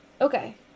Okay